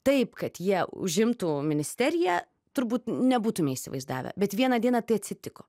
taip kad jie užimtų ministeriją turbūt nebūtume įsivaizdavę bet vieną dieną tai atsitiko